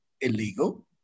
illegal